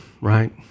right